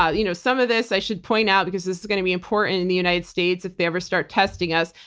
you know some of this i should point out because this is going to be important in the united states if they ever start testing us,